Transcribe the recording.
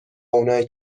اونایی